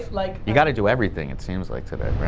like you gotta do everything it seems like today,